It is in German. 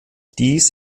dies